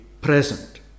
present